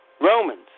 Romans